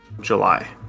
july